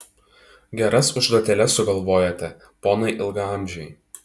geras užduotėles sugalvojate ponai ilgaamžiai